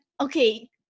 okay